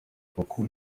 kuko